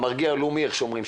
המרגיע הלאומי איך שאומרים,